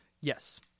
Yes